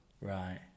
Right